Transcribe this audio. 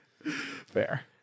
fair